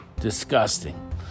disgusting